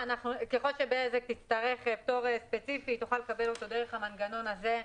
ככל שבזק תצטרך פטור ספציפי היא תוכל לקבל אותו דרך המנגנון הזה.